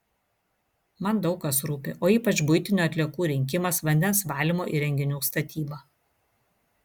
man daug kas rūpi o ypač buitinių atliekų rinkimas vandens valymo įrenginių statyba